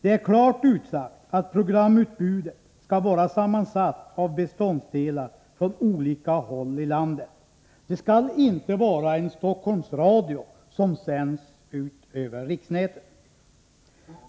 Det är klart utsagt att programutbudet skall vara sammansatt av beståndsdelar från olika håll i landet. Det skall inte vara en Stockholmsradio som sänds ut över riksnätet.